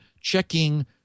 checking